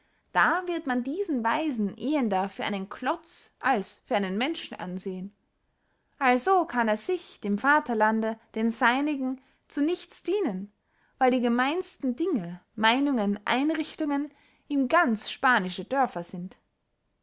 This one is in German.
da wird man diesen weisen ehender für einen klotz als für einen menschen ansehen also kann er sich dem vaterlande den seinigen zu nichts dienen weil die gemeinsten dinge meynungen einrichtungen ihm ganz spanische dörfer sind